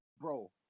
bro